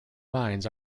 mines